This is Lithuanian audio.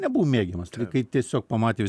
nebuvo mėgiamas tai yra kai tiesiog pamatė visi